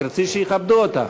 תרצי שיכבדו אותך.